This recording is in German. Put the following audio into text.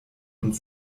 und